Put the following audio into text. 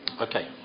Okay